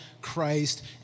Christ